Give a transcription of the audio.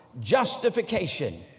justification